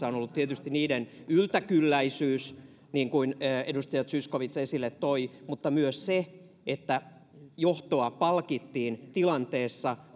on tietysti ollut niiden yltäkylläisyys niin kuin edustaja zyskowicz esille toi mutta myös se että johtoa palkittiin tilanteessa